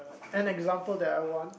an example that I want